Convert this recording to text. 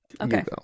okay